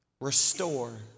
restore